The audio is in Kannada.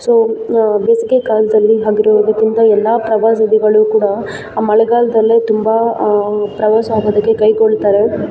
ಸೊ ಬೇಸಿಗೆ ಕಾಲದಲ್ಲಿ ಆಗಿರುವುದಕ್ಕಿಂತ ಎಲ್ಲ ಪ್ರವಾಸೋದ್ಯಮಗಳು ಕೂಡ ಮಳೆಗಾಲದಲ್ಲೇ ತುಂಬ ಪ್ರವಾಸ ಹೋಗೋದಕ್ಕೆ ಕೈಗೊಳ್ತಾರೆ